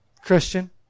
Christian